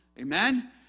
Amen